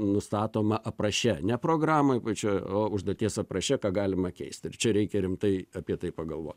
nustatoma apraše ne programoj pačioj o užduoties apraše ką galima keisti ir čia reikia rimtai apie tai pagalvot